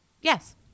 Yes